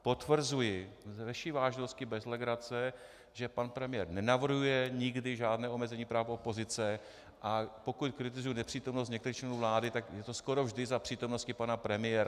Potvrzuji se vší vážností bez legrace, že pan premiér nenavrhuje nikdy žádné omezení práv opozice, a pokud kritizuji nepřítomnost některých členů vlády, tak je to skoro vždy za přítomnosti pana premiéra.